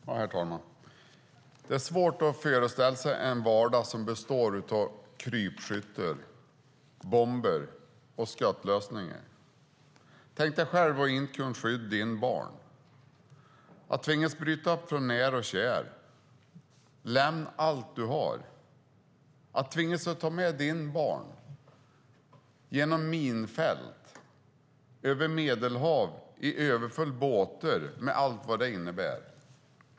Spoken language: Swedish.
Herr talman! Det är svårt att föreställa sig en vardag som består av krypskyttar, bomber och skottlossningar. Tänk dig själv att inte kunna skydda dina barn, att tvingas bryta upp från nära och kära, lämna allt du har, att tvingas att ta med dina barn genom minfält, över Medelhavet i överfulla båtar med allt vad det innebär.